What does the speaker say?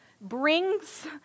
brings